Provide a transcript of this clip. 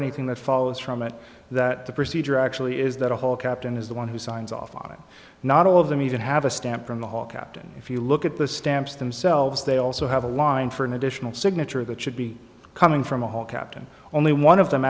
anything that follows from it that the procedure actually is that a whole captain is the one who signs off on it not all of them even have a stamp from the whole captain if you look at the stamps themselves they also have a line for an additional signature that should be coming from a hall captain only one of them